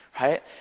right